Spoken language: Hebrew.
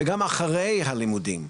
וגם אחרי הלימודים.